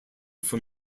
from